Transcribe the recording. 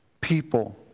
People